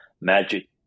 magic